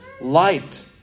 Light